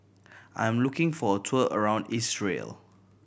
I am looking for a tour around Israel